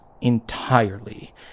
entirely